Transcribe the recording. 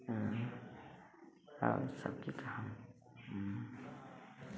आओर सब की कहम